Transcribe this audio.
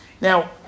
Now